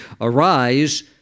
arise